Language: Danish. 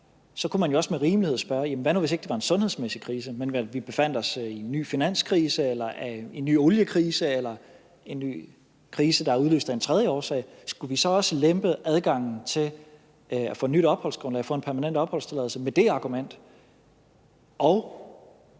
så kunne man jo også med rimelighed spørge: Jamen hvad nu, hvis ikke det var en sundhedsmæssig krise, men at vi befandt os i en ny finanskrise eller en ny oliekrise eller en ny krise, der er udløst af en tredje årsag? Skulle vi så også lempe adgangen til at få nyt opholdsgrundlag og få en permanent opholdstilladelse med det argument?